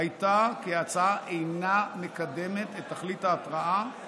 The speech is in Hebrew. הייתה כי ההצעה אינה מקדמת את תכלית ההתרעה,